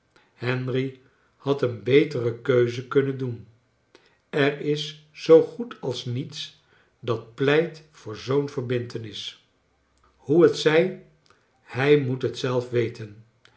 henry had een betere keuze kunnen doen er is zoo goed als niets dat pleit voor zoo'n verbintenis hoe t zij hij moet het zelf weten